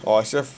oh I still have